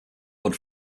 good